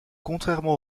contrairement